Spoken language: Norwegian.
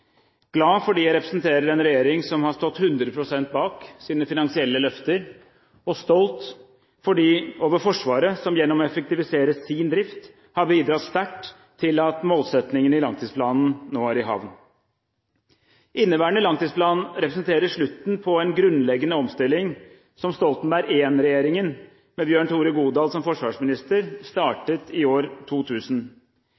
glad – glad fordi jeg representerer en regjering som har stått 100 pst. bak sine finansielle løfter, og stolt over Forsvaret som gjennom å effektivisere sin drift har bidratt sterkt til at målsettingen i langtidsplanen nå er i havn. Inneværende langtidsplan representerer slutten på en grunnleggende omstilling som Stoltenberg I-regjeringen, med Bjørn Tore Godal som forsvarsminister,